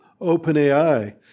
OpenAI